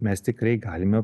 mes tikrai galime